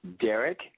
Derek